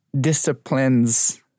discipline's